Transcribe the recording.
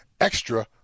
extra